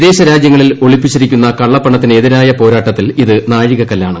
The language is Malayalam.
വിദേശ രാജ്യങ്ങളിൽ ഒളിപ്പിച്ചിരിക്കുന്ന കള്ളപ്പണത്തിനെതിരായ പോരാട്ടത്തിൽ ഇത് നാഴികക്കല്ലാണ്